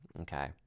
okay